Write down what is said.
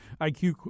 IQ